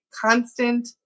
constant